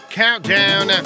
countdown